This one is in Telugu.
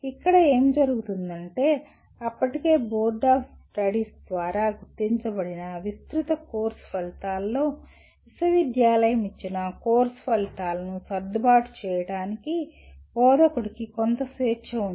ఇక్కడ ఏమి జరుగుతుందంటే అప్పటికే బోర్డ్ ఆఫ్ స్టడీస్ ద్వారా గుర్తించబడిన విస్తృత కోర్సు ఫలితాలలో విశ్వవిద్యాలయం ఇచ్చిన కోర్సు ఫలితాలను సర్దుబాటు చేయడానికి బోధకుడికి కొంత స్వేచ్ఛ ఉంది